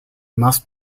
must